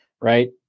right